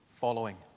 following